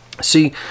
See